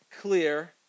clear